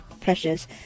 pressures